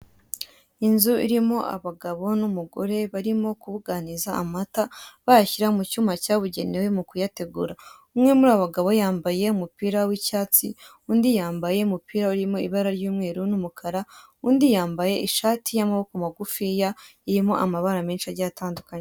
Inzu irimo abagabo n'umugore, barimo kubuganiza amata bayashyira mu cyuma cyabugenewe mu kuyategura. Umwe muri abo bagabo yambaye umupira w'icyatsi, undi yambaye umupira urimo ibara ry'umweru n'umukara, undi yambaye ishati y'amaboko magufiya irimo amabara menshi agiye atandukanye.